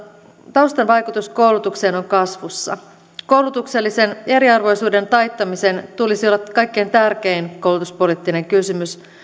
taustan vaikutus koulutukseen on kasvussa koulutuksellisen eriarvoisuuden taittamisen tulisi olla kaikkein tärkein koulutuspoliittinen kysymys